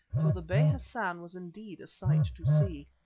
for the bey hassan was indeed a sight to see.